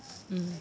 mm